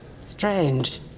Strange